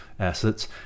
assets